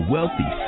Wealthy